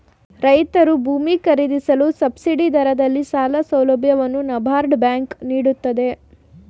ರೈತ್ರು ಭೂಮಿ ಖರೀದಿಸಲು ಸಬ್ಸಿಡಿ ದರದಲ್ಲಿ ಸಾಲ ಸೌಲಭ್ಯವನ್ನು ನಬಾರ್ಡ್ ಬ್ಯಾಂಕ್ ನೀಡುತ್ತೆ